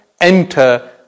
enter